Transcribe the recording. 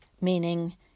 meaning